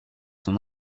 son